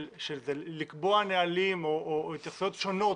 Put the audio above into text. לקבוע נהלים או התייחסויות שונות